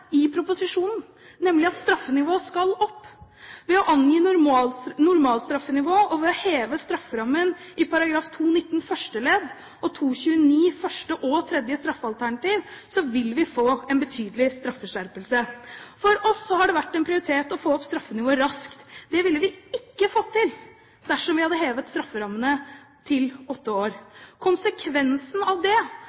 i proposisjonen, nemlig at straffenivået skal opp. Ved å angi normalstraffenivået og ved å heve strafferammene i § 219 første ledd og § 229 første og tredje straffealternativ vil vi få en betydelig straffeskjerpelse. For oss har det vært en prioritet å få opp straffenivået raskt. Det ville vi ikke fått til dersom vi hadde hevet strafferammene til åtte år.